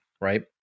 right